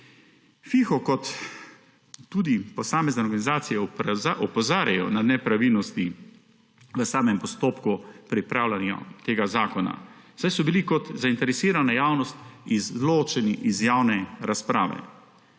FIHO in tudi posamezne organizacije opozarjajo na nepravilnosti v samem postopku pripravljanja tega zakona, saj so bili kot zainteresirana javnost izločeni iz javne razprave.